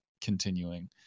continuing